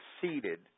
succeeded